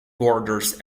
borders